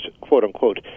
quote-unquote